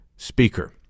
speaker